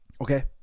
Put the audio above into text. Okay